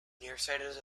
nearsighted